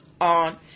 on